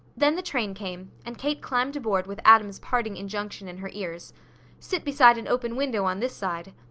then the train came and kate climbed aboard with adam's parting injunction in her ears sit beside an open window on this side!